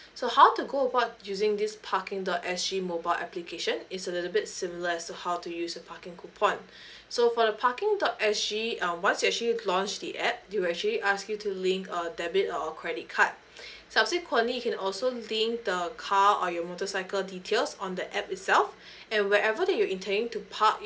so how to go about using this parking dot S G mobile application is a little bit similar to how to use a parking coupon so for the parking dot S G um once you actually launch the app they'll actually ask you to link a debit or credit card subsequently you can also link the car or your motorcycle details on the app itself and wherever you're intending to park